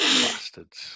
Bastards